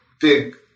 big